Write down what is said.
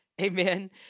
Amen